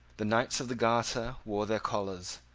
the knights of the garter wore their collars.